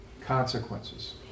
consequences